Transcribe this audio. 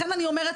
לכן אני אומרת,